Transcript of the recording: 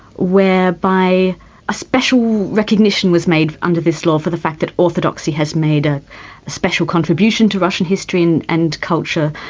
whereby a special recognition was made under this law for the fact that orthodoxy has made ah a special contribution to russian history and and culture.